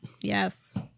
Yes